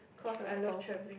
cause I love travelling